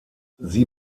sie